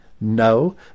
No